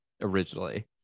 originally